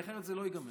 כי אחרת זה לא ייגמר,